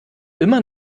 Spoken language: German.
immer